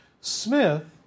Smith